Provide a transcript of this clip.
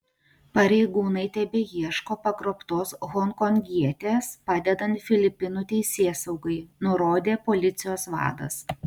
pareigūnai tebeieško pagrobtos honkongietės padedant filipinų teisėsaugai nurodė policijos vadas